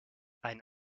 ein